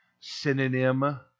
synonym